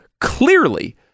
clearly